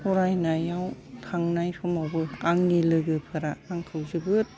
फरायनायाव थांनाय समावबो आंनि लोगोफोरा आंखौ जोबोद